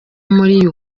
muri